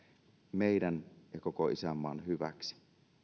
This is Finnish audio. meidän ja koko isänmaan hyväksi